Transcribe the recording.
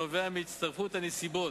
הנובע מהצטרפות הנסיבות